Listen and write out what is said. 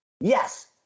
Yes